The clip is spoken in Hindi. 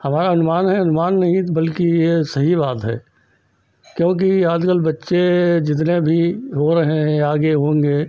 हमारा अनुमान है अनुमान नहीं बल्कि यह सही बात है क्योंकि आजकल बच्चे जितने भी रो रहे हैं आगे होंगे